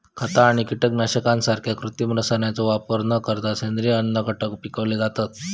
खता आणि कीटकनाशकांसारख्या कृत्रिम रसायनांचो वापर न करता सेंद्रिय अन्नघटक पिकवले जातत